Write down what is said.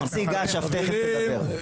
נציג אש"ף תיכף ידבר.